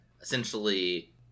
essentially